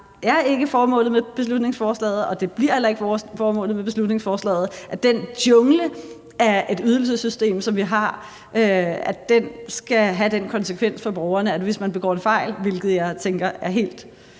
at det ikke er formålet med beslutningsforslaget og heller ikke bliver formålet med beslutningsforslaget, at den jungle af et ydelsessystem, som vi har, skal have den konsekvens for borgerne. Altså, hvis man begår en fejl, hvilket jeg tænker er helt